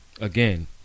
again